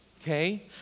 Okay